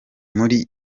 muri